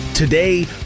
Today